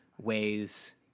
ways